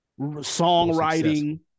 songwriting